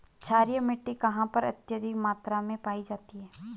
क्षारीय मिट्टी कहां पर अत्यधिक मात्रा में पाई जाती है?